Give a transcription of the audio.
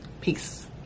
peace